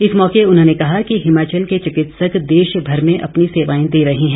इस मौके उन्होंने कहा कि हिमाचल के चिकित्सक देश भर में अपनी सेवाएं दे रहे हैं